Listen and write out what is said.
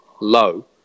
low